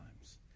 times